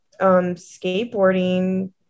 skateboarding